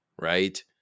right